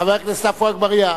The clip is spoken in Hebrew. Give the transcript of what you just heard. חבר הכנסת עפו אגבאריה,